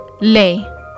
Lay